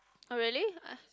oh really I